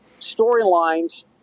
storylines